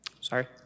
Sorry